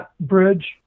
bridge